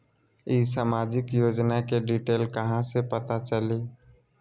ई सामाजिक योजना के डिटेल कहा से पता चली?